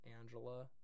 Angela